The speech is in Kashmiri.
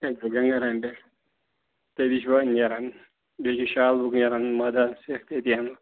گنگَا نگرٕ پٮ۪ٹھ تٔتی چھِ وۅنۍ نیرَان بیٚیہِ چھُ شالہٕ بُک نیران مٲدان سٮ۪کھ أتۍ ہٮ۪مہٕ بہ